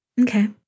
Okay